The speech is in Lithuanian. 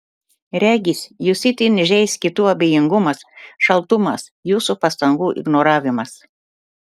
regis jus itin žeis kitų abejingumas šaltumas jūsų pastangų ignoravimas